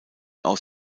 aus